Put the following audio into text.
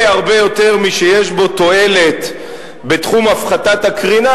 הרבה הרבה יותר משיש בו תועלת בתחום הפחתת הקרינה,